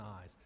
eyes